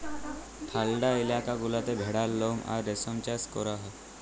ঠাল্ডা ইলাকা গুলাতে ভেড়ার লম আর রেশম চাষ ক্যরা হ্যয়